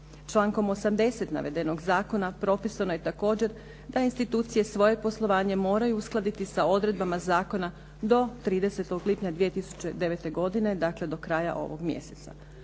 Člankom 80. navedenog zakona propisano je također da institucije svoje poslovanje moraju uskladiti sa odredbama zakona do 30. lipnja 2009. godine. Dakle, do kraja ovog mjeseca.